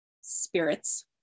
spirits